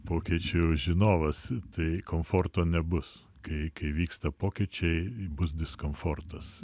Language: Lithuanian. pokyčių žinovas tai komforto nebus kai kai vyksta pokyčiai bus diskomfortas